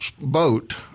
boat